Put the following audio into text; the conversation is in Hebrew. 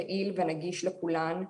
יעיל ונגיש לכולן,